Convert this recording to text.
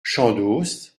chandos